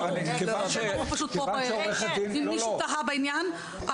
אם מישהו תהה בעניין,